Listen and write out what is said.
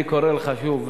אני קורא לך שוב,